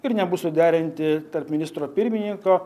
ir nebus suderinti tarp ministro pirmininko